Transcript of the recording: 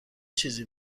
چیزی